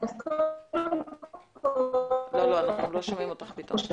--- אנחנו לא שומעים אותך פתאום.